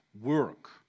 work